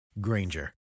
Granger